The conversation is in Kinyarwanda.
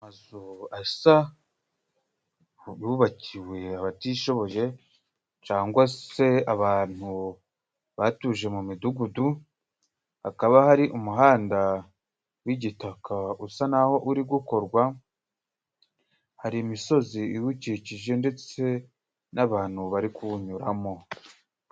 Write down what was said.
Amazu asa bubakiye abatishoboye, cyangwa se abantu batuje mu midugudu, hakaba hari umuhanda w'igitaka usa naho uri gukorwa, hari imisozi iwukikije, ndetse n'abantu bari kuwunyuramo.